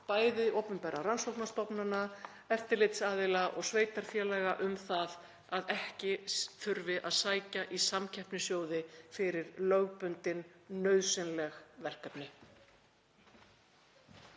bæði opinberra rannsóknastofnana, eftirlitsaðila og sveitarfélaga um það að ekki þurfi að sækja í samkeppnissjóði fyrir lögbundin nauðsynleg verkefni.